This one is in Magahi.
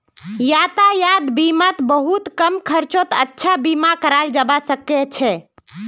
यातायात बीमात बहुत कम खर्चत अच्छा बीमा कराल जबा सके छै